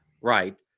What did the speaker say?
Right